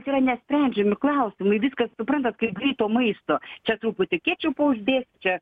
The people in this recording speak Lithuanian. yra nesprendžiami klausimai viskas suprantat kaip greito maisto čia truputį kečiupo uždėsiu čia